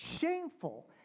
shameful